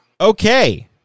Okay